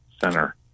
center